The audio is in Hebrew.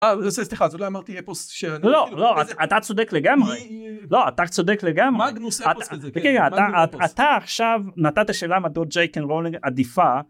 אתה צודק לגמרי לא אתה צודק לגמרי אתה עכשיו נתת שאלה מה דוד ג'ייקן רולנג עדיפה